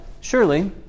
surely